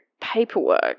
paperwork